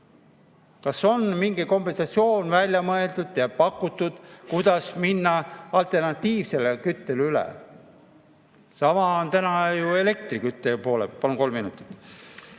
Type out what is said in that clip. Kas on mingi kompensatsioon välja mõeldud ja pakutud, kuidas minna üle alternatiivküttele? Sama on ju elektriküttega. Palun kolm minutit.